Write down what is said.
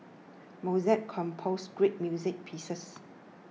Mozart composed great music pieces